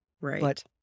Right